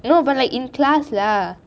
you know but like in class lah